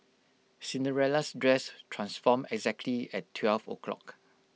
Cinderella's dress transformed exactly at twelve o' clock